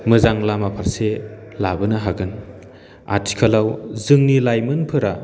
मोजां लामा फारसे लाबोनो हागोन आथिखालाव जोंनि लाइमोनफोरा